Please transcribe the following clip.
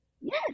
Yes